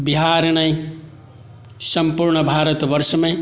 बिहार नहि सम्पूर्ण भारतवर्षमे